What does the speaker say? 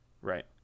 right